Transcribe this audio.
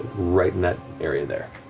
right in that area there.